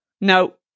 No